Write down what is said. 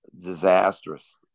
disastrous